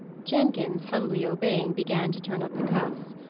jenkins, humbly obeying, began to turn up the cuffs.